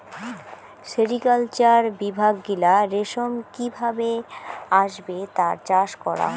sericulture বিভাগ গিলা রেশম কি ভাবে আসবে তার চাষ করাং